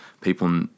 people